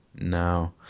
No